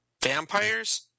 Vampires